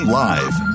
live